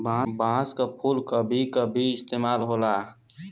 बांस क फुल क भी कहीं कहीं इस्तेमाल होला